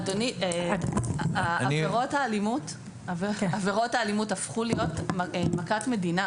אדוני, עבירות האלימות הפכו להיות מכת מדינה.